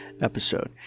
episode